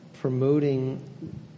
promoting